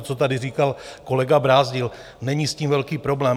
Jak tady říkal kolega Brázdil, není s tím velký problém.